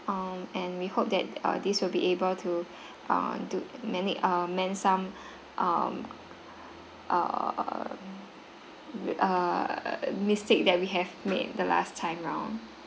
um and we hope that uh this will be able to err do mean it err mean some um err err mistake that we have made the last time round